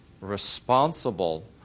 responsible